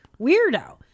weirdo